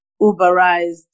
Uberized